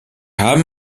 haben